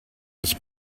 his